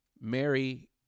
Mary